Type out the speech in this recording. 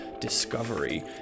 Discovery